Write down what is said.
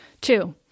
Two